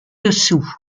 dessous